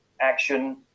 action